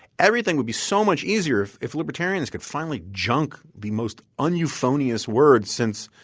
everything would be so much easier if if libertarians could finally junk the most un-euphonious words since